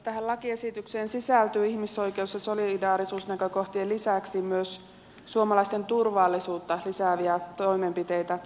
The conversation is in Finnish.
tähän lakiesitykseen sisältyy ihmisoikeus ja solidaarisuusnäkökohtien lisäksi myös suomalaisten turvallisuutta lisääviä toimenpiteitä